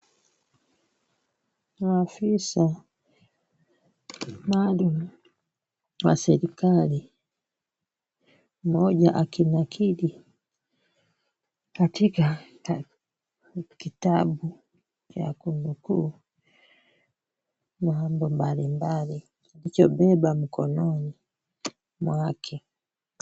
Maafisa maalum wa serikali mmoja akinakiri katika kitabu cha kunukuu mambo mbalimbali alichobeba mkononi mwake.